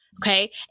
okay